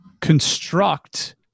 construct